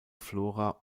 flora